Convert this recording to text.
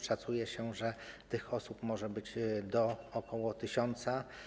Szacuje się, że tych osób może być ok. 1000.